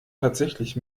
tatsächlich